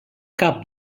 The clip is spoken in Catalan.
cap